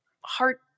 heart